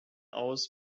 aus